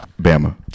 Bama